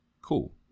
Cool